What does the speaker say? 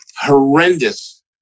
horrendous